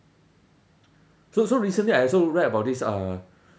so so recently I also read about this uh